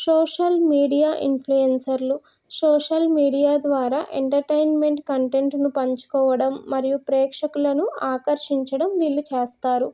social media ఇన్ఫ్లయెన్సర్లు social media ద్వారా entertainment కంటెంట్ను పంచుకోవడం మరియు ప్రేక్షకులను ఆకర్షించడం వీళ్ళు చేస్తారు